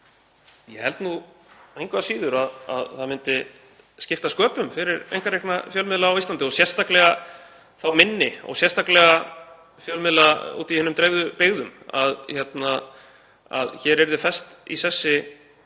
Ég held engu að síður að það myndi skipta sköpum fyrir einkarekna fjölmiðla á Íslandi, og sérstaklega þá minni og fjölmiðla úti í hinum dreifðu byggðum, að hér yrði fest í sessi